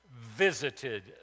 visited